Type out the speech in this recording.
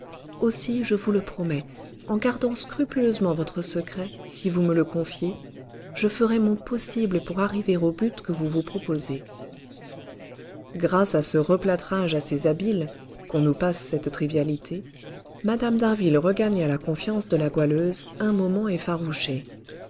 aussi je vous le promets en gardant scrupuleusement votre secret si vous me le confiez je ferai mon possible pour arriver au but que vous vous proposez grâce à ce replâtrage assez habile qu'on nous passe cette trivialité mme d'harville regagna la confiance de la goualeuse un moment effarouchée